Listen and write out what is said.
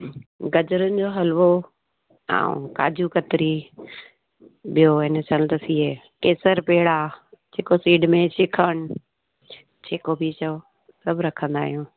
गजरुनि जो हलवो ऐं काजू कतरी ॿियो अन संदसि इहे केसर पेड़ा चिको फीड में श्रीखंड जेको बि चओ सभु रखंदा आहियूं